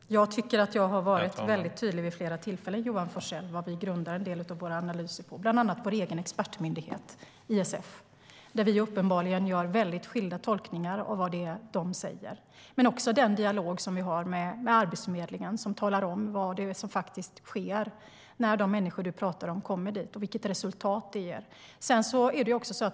Herr talman! Jag tycker att jag har varit väldigt tydlig vid flera tillfällen, Johan Forssell, med vad vi grundar en del av våra analyser på. Det är bland annat vår egen expertmyndighet ISF, där vi uppenbarligen gör skilda tolkningar av vad de säger. Det är också den dialog vi har med Arbetsförmedlingen, som talar om vad som faktiskt sker när de människor du pratar om kommer dit och vilket resultat det ger.